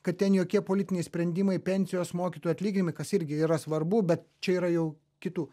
kad ten jokie politiniai sprendimai pensijos mokytojų atlyginimai kas irgi yra svarbu bet čia yra jau kitų